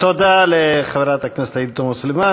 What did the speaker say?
תודה לחברת הכנסת עאידה תומא סלימאן.